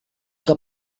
que